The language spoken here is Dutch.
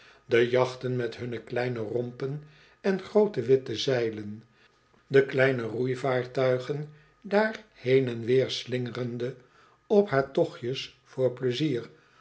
de jachten met hunne kleine rompen en groote witte zeilen de kleine roeivaartuigen daar heen en weer slingerende op haar tochtjes voor pleizier